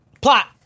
Plot